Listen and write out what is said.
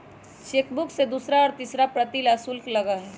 chequebook के दूसरा और तीसरा प्रति ला शुल्क लगा हई